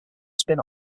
spin